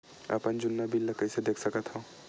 अपन जुन्ना बिल ला कइसे देख सकत हाव?